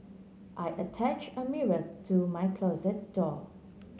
I attach a mirror to my closet door